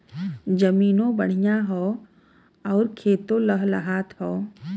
जमीनों बढ़िया हौ आउर खेतो लहलहात हौ